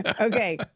Okay